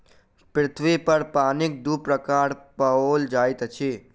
पृथ्वी पर पानिक दू प्रकार पाओल जाइत अछि